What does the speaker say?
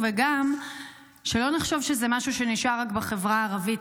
וגם, שלא נחשוב שזה משהו שנשאר רק בחברה הערבית.